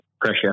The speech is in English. pressure